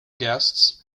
guests